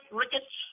rickets